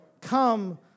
come